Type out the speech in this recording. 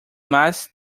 más